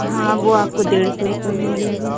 हाँ वो आपको डेढ़ सौ रुपये में मिलेगा